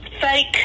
fake